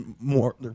more